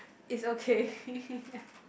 it's okay